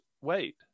wait